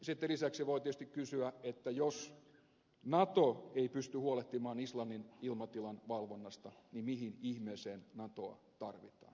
sitten lisäksi voi tietysti kysyä että jos nato ei pysty huolehtimaan islannin ilmatilan valvonnasta niin mihin ihmeeseen natoa tarvitaan